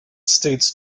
states